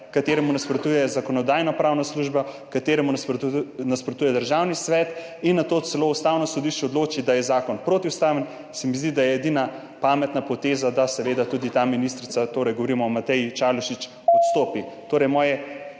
ki mu nasprotuje Zakonodajno-pravna služba, ki mu nasprotuje Državni svet in nato celo Ustavno sodišče odloči, da je zakon protiustaven, se mi zdi, je edina pametna poteza, da seveda ta ministrica, torej govorimo o Mateji Čalušić, odstopi.